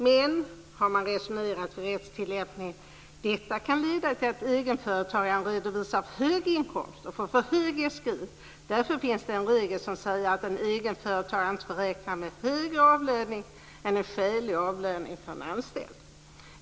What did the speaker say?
Men - så har man resonerat vid rättstillämpningen - detta kan leda till att egenföretagaren redovisar för hög inkomst och får för hög SGI. Därför finns det en regel som säger att en egenföretagare inte får räkna med högre avlöning än en skälig avlöning för en anställd.